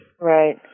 right